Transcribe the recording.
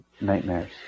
nightmares